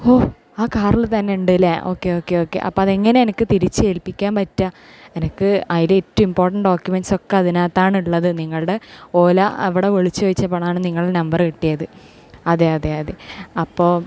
ഓ ആ കാറിൽ തന്നെ ഉണ്ട് അല്ലേ ഓക്കേ ഓക്കേ ഓക്കേ അപ്പം അതെങ്ങനെ എനിക്ക് തിരിച്ചേൽപ്പിക്കാം പറ്റുക എനിക്ക് ഏറ്റവും ഇമ്പോർട്ടൻറ്റ് ഡോക്യൂമെൻസൊക്കെ അതിനകത്താണ് ഉള്ളത് നിങ്ങളുടെ ഓല അവിടെ വിളിച്ച് ചോദിച്ചപ്പോഴാണ് നിങ്ങളുടെ നമ്പറ് കിട്ടിയത് അതെ അതെ അതെ അപ്പോൾ